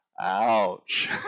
Ouch